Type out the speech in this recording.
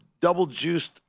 double-juiced